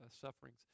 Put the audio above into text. sufferings